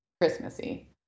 Christmassy